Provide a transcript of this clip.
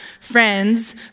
friends